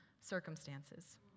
circumstances